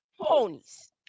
ponies